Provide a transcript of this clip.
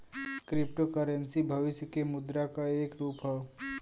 crypto currency भविष्य के मुद्रा क एक रूप हौ